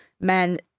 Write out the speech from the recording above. men